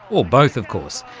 or both, of course.